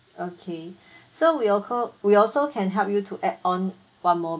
okay so we we also can help you to add on one more